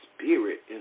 spirit